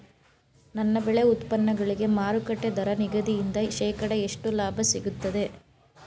ನನ್ನ ಬೆಳೆ ಉತ್ಪನ್ನಗಳಿಗೆ ಮಾರುಕಟ್ಟೆ ದರ ನಿಗದಿಯಿಂದ ಶೇಕಡಾ ಎಷ್ಟು ಲಾಭ ಸಿಗುತ್ತದೆ?